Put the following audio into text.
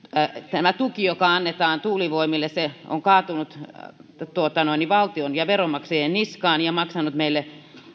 tämä tuki joka annetaan tuulivoimalle on kaatunut valtion ja veronmaksajien niskaan ja maksanut meille